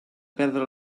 perdre